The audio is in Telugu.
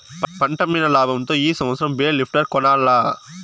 పంటమ్మిన లాబంతో ఈ సంవత్సరం బేల్ లిఫ్టర్ కొనాల్ల